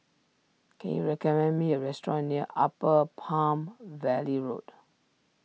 can you recommend me a restaurant near Upper Palm Valley Road